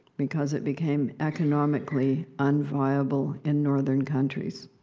because it became economically unviable in northern countries.